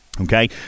okay